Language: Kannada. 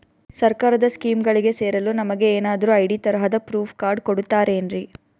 ಸರ್ಕಾರದ ಸ್ಕೀಮ್ಗಳಿಗೆ ಸೇರಲು ನಮಗೆ ಏನಾದ್ರು ಐ.ಡಿ ತರಹದ ಪ್ರೂಫ್ ಕಾರ್ಡ್ ಕೊಡುತ್ತಾರೆನ್ರಿ?